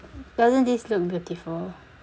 doesn't this look beautiful